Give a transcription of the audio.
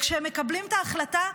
כשהם מקבלים את ההחלטה,